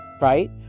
right